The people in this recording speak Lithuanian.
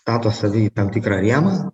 stato save į tam tikrą rėmą